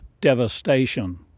devastation